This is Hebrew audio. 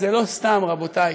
זה לא סתם, רבותי.